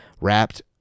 wrapped